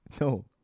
No